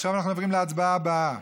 עכשיו אנחנו עוברים להצבעה הבאה,